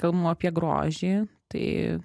kalbam apie grožį tai